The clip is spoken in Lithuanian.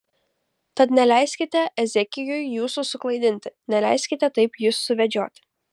tad neleiskite ezekijui jūsų suklaidinti neleiskite taip jus suvedžioti